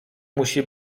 musi